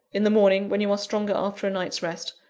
in the morning, when you are stronger after a night's rest.